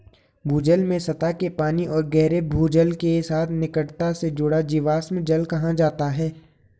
भूजल में सतह के पानी और गहरे भूजल के साथ निकटता से जुड़ा जीवाश्म जल कहा जाता है